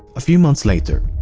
a few months later,